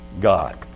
God